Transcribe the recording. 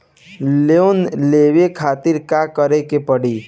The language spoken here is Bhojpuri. लोन लेवे खातिर का करे के पड़ी?